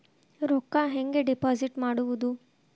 ರೊಕ್ಕ ಹೆಂಗೆ ಡಿಪಾಸಿಟ್ ಮಾಡುವುದು?